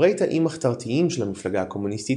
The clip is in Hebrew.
חברי תאים מחתרתיים של המפלגה הקומוניסטית